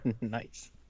nice